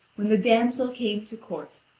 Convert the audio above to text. when the damsel came to court,